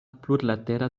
plurlatera